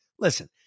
Listen